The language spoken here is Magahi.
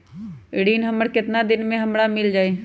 ऋण हमर केतना दिन मे हमरा मील जाई?